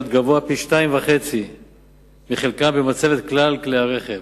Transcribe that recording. גבוה פי-2.5 מחלקם במצבת כלל כלי-הרכב.